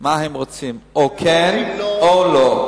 מה הם רוצים, או כן או לא.